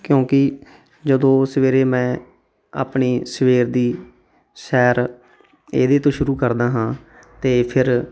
ਕਿਉਂਕਿ ਜਦੋਂ ਸਵੇਰੇ ਮੈਂ ਆਪਣੀ ਸਵੇਰ ਦੀ ਸੈਰ ਇਹਦੇ ਤੋਂ ਸ਼ੁਰੂ ਕਰਦਾ ਹਾਂ ਅਤੇ ਫਿਰ